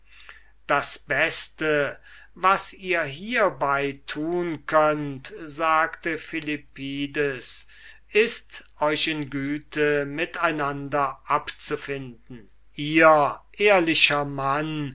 das beste was ihr hierbei tun könnt sagte philippides ist euch in güte von einander abzufinden ihr ehrlicher mann